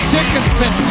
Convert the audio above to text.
Dickinson